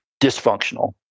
dysfunctional